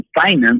finance